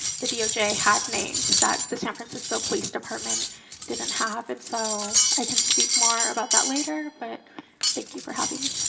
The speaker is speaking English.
the doj has names that the san francisco police department didn't have. and so i can speak more about that later. but thank you for having me.